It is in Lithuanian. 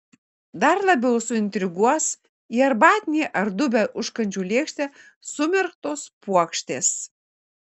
dar labiau suintriguos į arbatinį ar dubią užkandžių lėkštę sumerktos puokštės